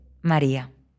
María